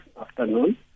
afternoon